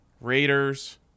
Raiders